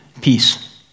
peace